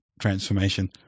transformation